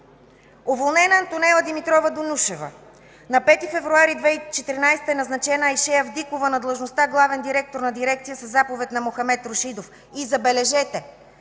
Уволнена е Антонела Димитрова Донушева – на 5 февруари 2014 г. е назначена Айше Авдикова на длъжността главен директор на дирекция със заповед на Мохамед Рушидов и, забележете,